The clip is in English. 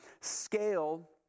scale